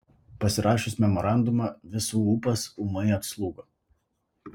pasirašius memorandumą visų ūpas ūmai atslūgo